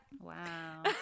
Wow